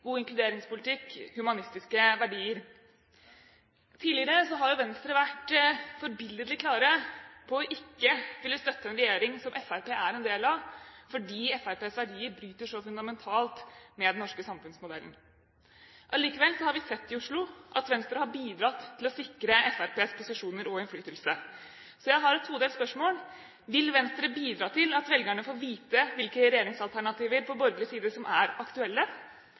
god inkluderingspolitikk, humanistiske verdier. Tidligere har Venstre vært forbilledlig klar på ikke å ville støtte en regjering som Fremskrittspartiet er en del av, fordi Fremskrittspartiets verdier bryter så fundamentalt med den norske samfunnsmodellen. Likevel har vi i Oslo sett at Venstre har bidratt til å sikre Fremskrittspartiets posisjoner og innflytelse. Jeg har et todelt spørsmål: Vil Venstre bidra til at velgerne får vite hvilke regjeringsalternativer på borgerlig side som er aktuelle?